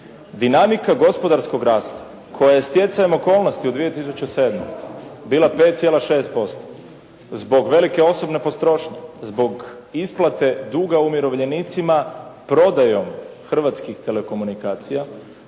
Dinamika gospodarskog rasta koja je stjecajem okolnosti u 2007. bila 5,6%, zbog velike osobne potrošnje, zbog isplate duga umirovljenicima prodajom hrvatskih telekomunikacija